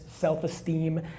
self-esteem